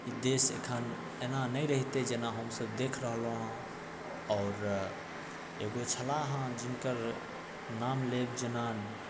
ई देश एखन एना नहि रहितै जेना हमसभ देख रहलहुँ हेँ आओर एगो छलाह हेँ जिनकर नाम लेब जनान